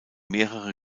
mehrere